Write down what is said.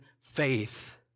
faith